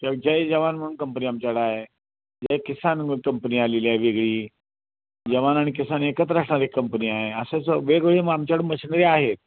तर जय जवान म्हणून कंपनी आमच्याकडं आहे जय किसान म्हणून कंपनी आलेली आहे वेगळी जवान आणि किसान एकत्र असा एक कंपनी आहे असं सगळं वेगवेगळी मग आमच्याकडे मशिनरी आहेत